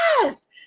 Yes